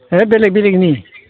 ओहो बेलेग बेलेगनि